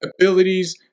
abilities